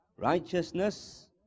Righteousness